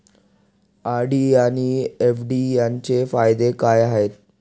RD आणि FD यांचे फायदे काय आहेत?